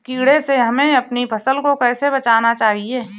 कीड़े से हमें अपनी फसल को कैसे बचाना चाहिए?